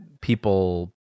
people